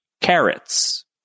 Carrots